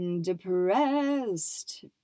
depressed